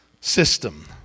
system